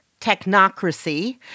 technocracy